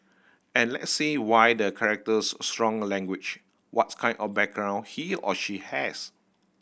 and let's see why the characters strong language what's kind of background he or she has